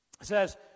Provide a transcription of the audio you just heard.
says